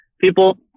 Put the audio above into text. people